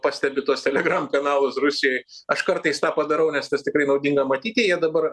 pastebi tuos telegram kanalus rusijoj aš kartais tą padarau nes tas tikrai naudinga matyti jie dabar